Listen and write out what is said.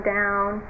down